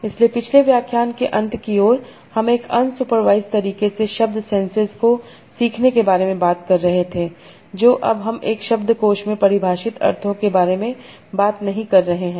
इसलिए पिछले व्याख्यान के अंत की ओर हम एक अन्सुपर्वाइज़ड तरीके से शब्द सेंसज को सीखने के बारे में बात कर रहे थे जो अब हम एक शब्दकोष में परिभाषित अर्थो के बारे में बात नहीं कर रहे हैं